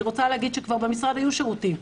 אני רוצה לומר שבמשרד כבר היו שירותים.